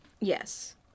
Yes